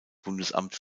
bundesamt